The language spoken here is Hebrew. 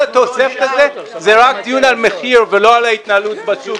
כל התוספת הזאת זה רק דיון על מחיר ולא על ההתנהלות בשוק.